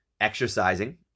exercising